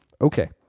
Okay